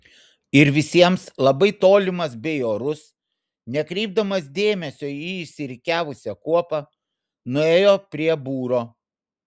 ir visiems labai tolimas bei orus nekreipdamas dėmesio į išsirikiavusią kuopą nuėjo prie būro